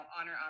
honor